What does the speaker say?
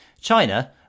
China